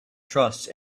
trust